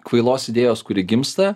kvailos idėjos kuri gimsta